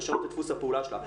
או לשנות את דפוס הפעולה שלה.